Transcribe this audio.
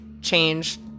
change